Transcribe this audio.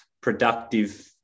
productive